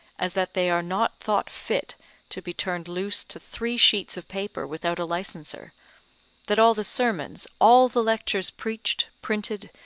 as that they are not thought fit to be turned loose to three sheets of paper without a licenser that all the sermons, all the lectures preached, printed,